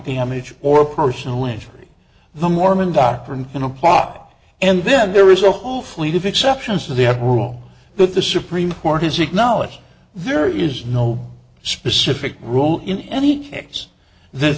damage or personal injury the mormon doctrine in a pot and then there is a whole fleet of exceptions to the every rule that the supreme court has acknowledged there is no specific rule in any case th